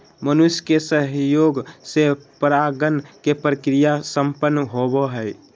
मनुष्य के सहयोग से परागण के क्रिया संपन्न होबो हइ